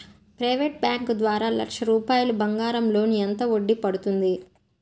Private bank ద్వారా లక్ష రూపాయలు బంగారం లోన్ ఎంత వడ్డీ పడుతుంది?